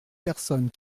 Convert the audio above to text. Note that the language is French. personnes